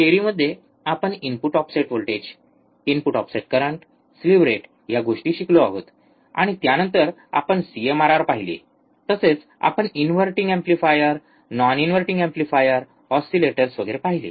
थेरीमध्ये आपण input offset voltage input offset current slew rate या गोष्टी शिकलो आहोत आणि त्यानंतर आपण सीएमआरआर पाहिले तसेच आपण inverting amplifier non inverting amplifier oscillators वगैरे पाहिले